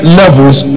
levels